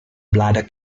bladder